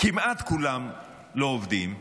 שכמעט כולם לא עובדים,